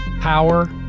power